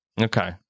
Okay